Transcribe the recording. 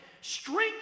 Strength